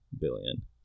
billion